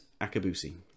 Akabusi